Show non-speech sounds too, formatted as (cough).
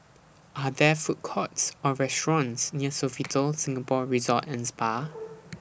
Are There Food Courts Or restaurants near Sofitel Singapore Resort and Spa (noise)